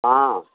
हँ